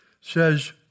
says